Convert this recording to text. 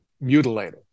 mutilated